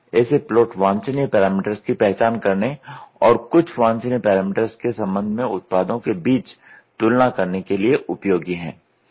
ऐसे प्लॉट वांछनीय पैरामीटर्स की पहचान करने और कुछ वांछनीय पैरामीटर्स के संबंध में उत्पादों के बीच तुलना करने के लिए उपयोगी हैं